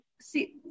see